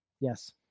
Yes